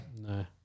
No